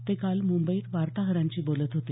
ते काल मुंबईत वार्ताहरांशी बोलत होते